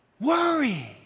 Worry